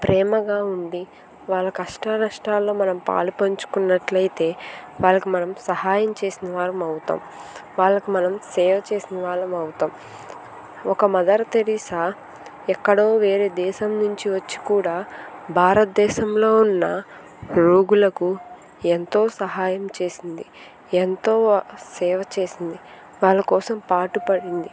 ప్రేమగా ఉండి వాళ్ళ కష్టానష్టాల్లో మనం పాలుపంచుకున్నట్లయితే వారికి మనం సహాయం చేసిన వారు అవుతాం వాళ్లకు మనం సేవ చేసిన వాళ్ళం అవుతాం ఒక మదర్ తెరిసా ఎక్కడో వేరే దేశం నుంచి వచ్చి కూడా భారతదేశంలో ఉన్న రోగులకు ఎంతో సహాయం చేసింది ఎంతో సేవ చేసింది వాళ్ళ కోసం పాటుపడింది